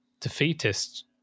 defeatist